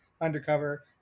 undercover